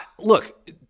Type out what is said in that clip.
look